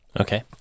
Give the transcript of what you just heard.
okay